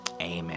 amen